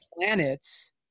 planets